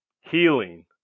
healing